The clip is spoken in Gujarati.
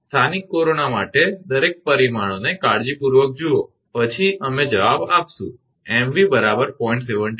સ્થાનિક કોરોના માટે દરેક પરિમાણોને કાળજીપૂર્વક જુઓ પછી અમે જવાબ આપીશું 𝑚𝑣 0